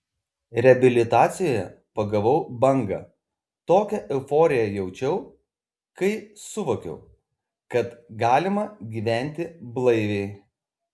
reabilitacijoje pagavau bangą tokią euforiją jaučiau kai suvokiau kad galima gyventi blaiviai